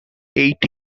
eight